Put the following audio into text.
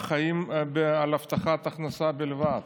החיים על הבטחת הכנסה בלבד,